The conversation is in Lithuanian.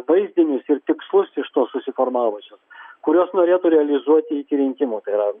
vaizdinius ir tikslus iš to susiformavusius kuriuos norėtų realizuoti iki rinkimų tai yra